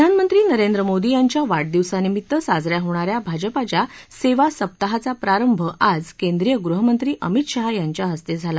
प्रधानमंत्री नरेंद्र मोदी यांच्या वाढदिवसानिमित्त साज या होणा या भाजपाच्या सेवा सप्ताहाचा प्रारंभ आज केंद्रीय गृहमंत्री अमित शहा यांच्या इस्ते झाला